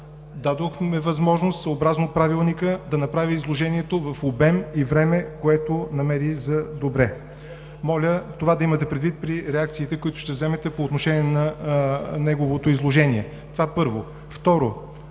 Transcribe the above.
Дадохме възможност, съобразно Правилника, да направи изложението в обем и време, което намери за добре. Моля това да имате предвид при реакциите, които ще вземете по отношение на неговото изложение. Това, първо. Второ,